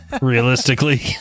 Realistically